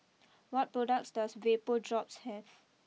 what products does Vapodrops have